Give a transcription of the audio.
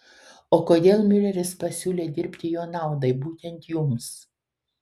o kodėl miuleris pasiūlė dirbti jo naudai būtent jums